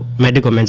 medical